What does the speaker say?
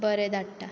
बरें धाडटां